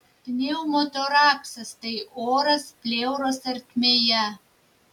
pneumotoraksas tai oras pleuros ertmėje